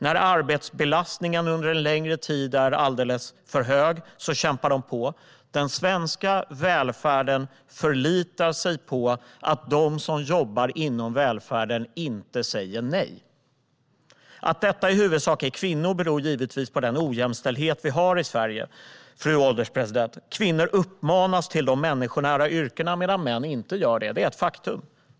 När arbetsbelastningen under en längre tid är alldeles för hög kämpar de på. Den svenska välfärden förlitar sig på att de som jobbar där inte säger nej. Att det i huvudsak är kvinnor beror givetvis på den ojämställdhet vi har i Sverige, fru ålderspresident. Kvinnor uppmanas att jobba i de människonära yrkena medan män inte gör det - det är ett faktum.